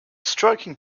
striking